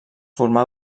formà